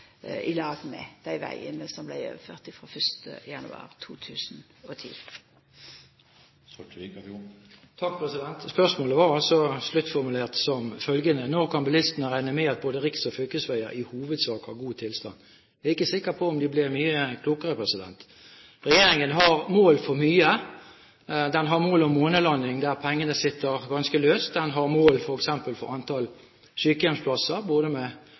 i lag med dei vegane som vart overførde frå 1. januar 2010. Spørsmålet var altså sluttformulert som følgende: «Når kan bilistene regne med at både riks- og fylkesveier i hovedsak har god tilstand?» Jeg er ikke sikker på om de blir mye klokere. Regjeringen har mål for mye. Den har mål om månelanding, der pengene sitter ganske løst. Den har mål f.eks. for antall sykehjemsplasser,